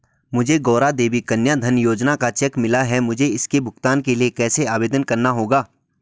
मुझे गौरा देवी कन्या धन योजना का चेक मिला है मुझे इसके भुगतान के लिए कैसे आवेदन करना होगा?